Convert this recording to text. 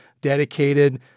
dedicated